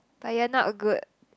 but you're not good